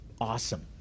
awesome